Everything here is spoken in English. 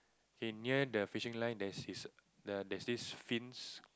okay near the fishing line there's his the there's this fins